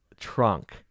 trunk